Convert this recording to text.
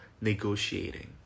negotiating